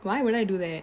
why would I do that